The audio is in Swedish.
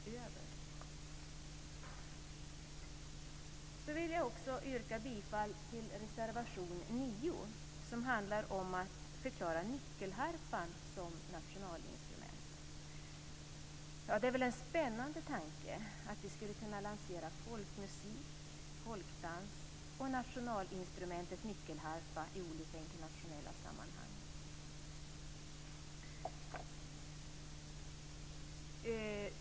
Herr talman! Jag yrkar bifall till reservation nr 9, som handlar om att förklara nyckelharpan som nationalinstrument. Det är väl en spännande tanke att lansera folkmusik, folkdans och nationalinstrumentet nyckelharpa i olika internationella sammanhang. Herr talman!